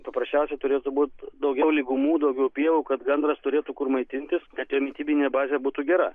paprasčiausiai turėtų būt daugiau lygumų daugiau pievų kad gandras turėtų kur maitintis kad ta mitybinė bazė būtų gera